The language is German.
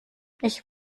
ich